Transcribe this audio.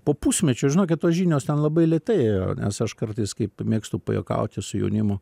po pusmečio žinokit tos žinios ten labai lėtai ėjo nes aš kartais kaip mėgstu pajuokauti su jaunimu